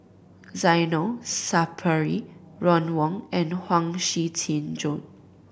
Zainal Sapari Ron Wong and Huang Shiqi Joan